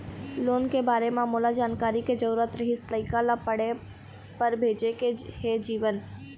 loan के बारे म मोला जानकारी के जरूरत रीहिस, लइका ला पढ़े बार भेजे के हे जीवन